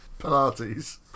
Pilates